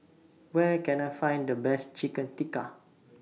Where Can I Find The Best Chicken Tikka